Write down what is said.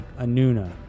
Anuna